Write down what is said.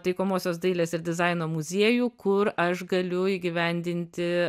taikomosios dailės ir dizaino muziejų kur aš galiu įgyvendinti